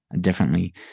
differently